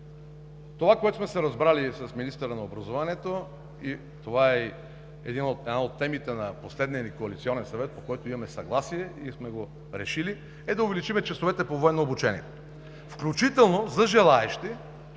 Това, което сме се разбрали с министъра на образованието и е една от темите на последния ни коалиционен съвет, по която имаме съгласие и сме решили, е да увеличим часовете по военно обучение, включително за желаещи